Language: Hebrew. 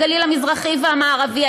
הגליל המזרחי והמערבי.